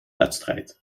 wedstrijd